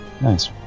Nice